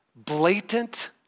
Blatant